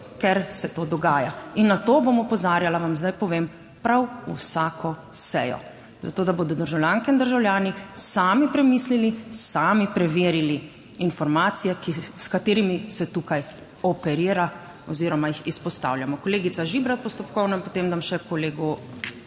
ker se to dogaja in na to bom opozarjala, vam zdaj povem prav vsako sejo, zato, da bodo državljanke in državljani sami premislili, sami preverili informacije s katerimi se tukaj operira oziroma jih izpostavljamo. Kolegica Žibrat, postopkovno in potem dam še kolegu